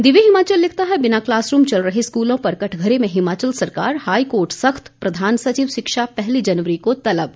दिव्य हिमाचल लिखता है बिना क्लासरूम चल रहे स्कूलों पर कटघरे में हिमाचल सरकार हाई कोर्ट सख्त प्रधान सचिव शिक्षा पहली जनवरी को तलब